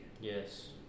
Yes